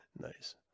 Nice